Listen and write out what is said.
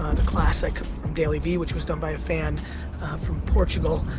the classic dailyvee which was done by a fan from portugal.